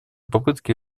попытки